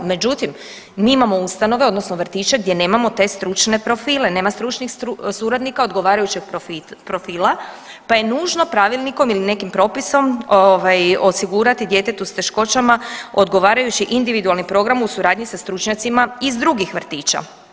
Međutim, mi imamo ustanove, odnosno vrtiće gdje nemamo te stručne profile, nema stručnih suradnika odgovarajućeg profila pa je nužno pravilnikom ili nekim propisom ovaj, osigurati djetetu s teškoćama odgovarajući individualni program u suradnji sa stručnjacima iz drugih vrtića.